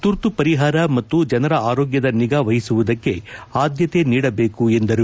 ತುರ್ತು ಪರಿಹಾರ ಮತ್ತು ಜನರ ಆರೋಗ್ಲದ ನಿಗಾ ವಹಿಸುವುದಕ್ಕೆ ಆದ್ಲತೆ ನೀಡಬೇಕು ಎಂದರು